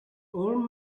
old